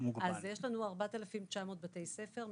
אז יש לנו 4,900 בתי ספר,